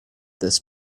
this